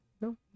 No